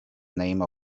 name